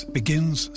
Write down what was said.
begins